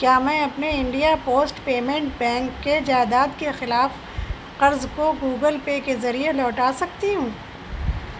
کیا میں اپنے انڈیا پوسٹ پیمنٹ بینک کے جائیداد کے خلاف قرض کو گوگل پے کے ذریعے لوٹا سکتی ہوں